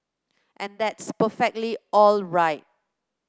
and that's perfectly all right